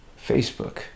facebook